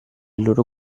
loro